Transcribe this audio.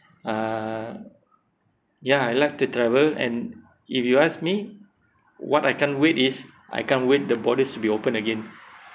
uh ya I like to travel and if you ask me what I can't wait is I can't wait the borders to be open again